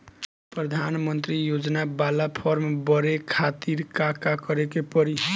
प्रधानमंत्री योजना बाला फर्म बड़े खाति का का करे के पड़ी?